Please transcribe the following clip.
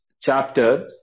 chapter